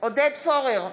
עודד פורר,